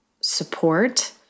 support